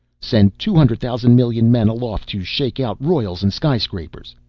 send two hundred thousand million men aloft to shake out royals and sky-scrapers!